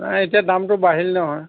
নাই এতিয়া দামটো বাঢ়িল নহয়